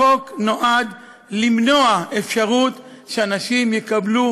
החוק נועד למנוע אפשרות שאנשים יקבלו